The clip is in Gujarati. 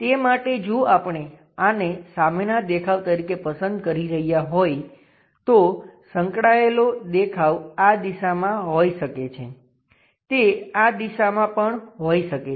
તે માટે જો આપણે આને સામેના દેખાવ તરીકે પસંદ કરી રહ્યા હોય તો સંકળાયેલો દેખાવ આ દિશામાં હોઈ શકે છે તે આ દિશામાં પણ હોઈ શકે છે